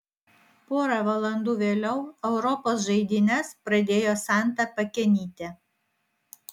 pora valandų vėliau europos žaidynes pradėjo santa pakenytė